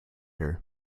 her